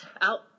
out